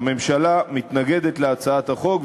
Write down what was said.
הממשלה מתנגדת להצעת החוק,